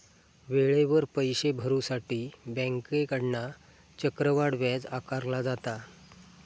वेळेवर पैशे भरुसाठी बँकेकडना चक्रवाढ व्याज आकारला जाता